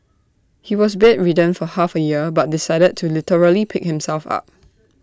he was bedridden for half A year but decided to literally pick himself up